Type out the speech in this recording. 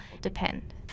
depend